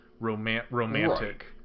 romantic